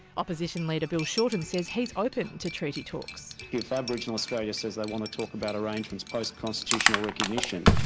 opposition leader bill shorten says he is open to treaty talks. if aboriginal australia says they want to talk about arrangements post constitutional recognition,